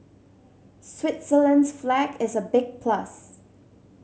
Switzerland's flag is a big plus